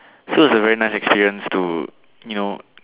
so it's a very nice experience to you know